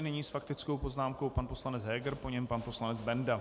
Nyní s faktickou poznámkou pan poslanec Heger, po něm pan poslanec Benda.